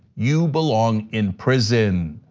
you belong in prison.